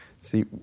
See